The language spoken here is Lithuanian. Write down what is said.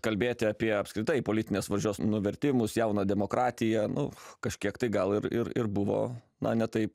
kalbėti apie apskritai politinės valdžios nuvertimus jauną demokratiją nu kažkiek tai gal ir ir ir buvo na ne taip